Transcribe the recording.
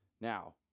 Now